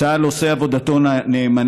צה"ל עושה את עבודתו נאמנה,